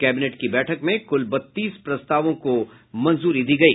cabinet की बैठक में कुल बत्तीस प्रस्तावों को मंजूरी दी गयी